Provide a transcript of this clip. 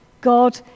God